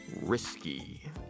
risky